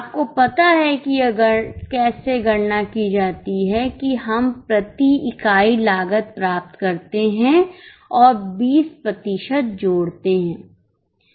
आपको पता है कि यह कैसे गणना की जाती है कि हम प्रति इकाई लागत प्राप्त करते हैं और 20 प्रतिशत जोड़ते हैं